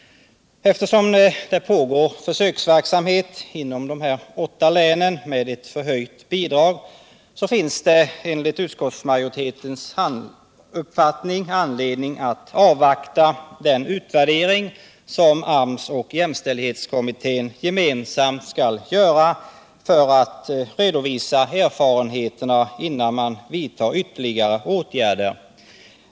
Eftersom det pågår försöksverksamhet inom åtta län med ett förhöjt bidrag finns det anledning att avvakta den utvärdering som AMS och jämställdhetskommittén gemensamt skall göra för att redovisa erfarenheterna innan man vidtar ytterligare åtgärder.